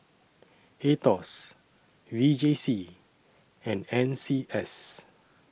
Aetos V J C and N C S